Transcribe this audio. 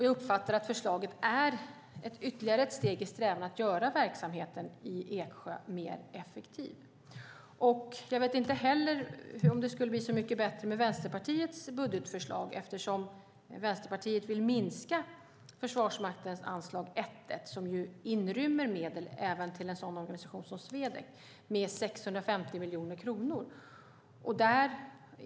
Jag uppfattar att förslaget är ytterligare ett steg i strävan att göra verksamheten i Eksjö mer effektiv. Jag vet inte om det skulle bli så mycket bättre med Vänsterpartiets budgetförslag. Vänsterpartiet vill minska Försvarsmaktens anslag 1.1, som ju inrymmer medel även till en sådan organisation som Swedec, med 650 miljoner kronor.